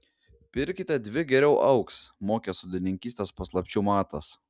pirkite dvi geriau augs mokė sodininkystės paslapčių matas